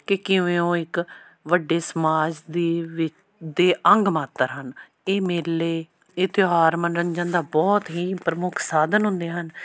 ਕਿ ਕਿਵੇਂ ਉਹ ਇੱਕ ਵੱਡੇ ਸਮਾਜ ਦੇ ਵਿ ਦੇ ਅੰਗ ਮਾਤਰ ਹਨ ਇਹ ਮੇਲੇ ਇਹ ਤਿਉਹਾਰ ਮਨੋਰੰਜਨ ਦਾ ਬਹੁਤ ਹੀ ਪ੍ਰਮੁੱਖ ਸਾਧਨ ਹੁੰਦੇ ਹਨ